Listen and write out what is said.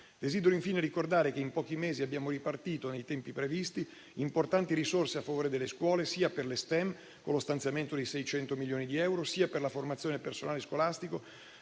Desidero infine ricordare che in pochi mesi abbiamo ripartito nei tempi previsti importanti risorse a favore delle scuole sia per le STEM, con lo stanziamento di 600 milioni di euro, sia per la formazione del personale scolastico